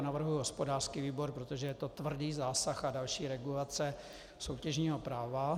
Navrhuji hospodářský výbor, protože je to tvrdý zásah a další regulace soutěžního práva.